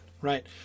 Right